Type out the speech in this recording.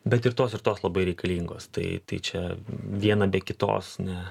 bet ir tos ir tos labai reikalingos tai tai čia viena be kitos ne